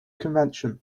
convention